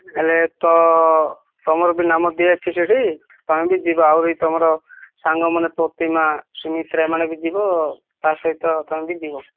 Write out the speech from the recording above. ହେଲେ ତ ତୁମର ବି ନାମ ଦେଇଆସିଛି ସେଇଠି ତୁମେ ବି ଯିବ ଆହୁରି ତୁମର ସାଙ୍ଗମାନେ ପ୍ରତିମା ସୁମିତ୍ରା ଏମାନେ ବି ଯିବ ତା ସହିତ ତୁମେ ବି ଯିବ